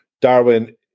Darwin